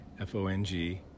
F-O-N-G